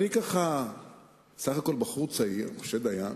אני, בסך הכול בחור צעיר, פוגש את משה דיין,